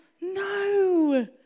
No